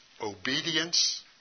Obedience